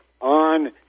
on